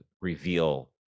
reveal